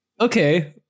Okay